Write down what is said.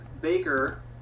Baker